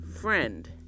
friend